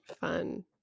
fun